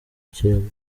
ikirego